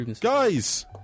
Guys